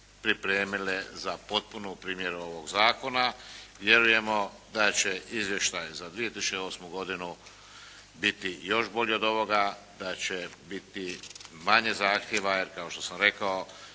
pripremile za potpunu primjenu ovog zakona. Vjerujemo da će Izvještaj za 2008. godinu biti još bolji od ovoga, da će biti manje zahtijeva. Jer kao što sam rekao